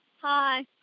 Hi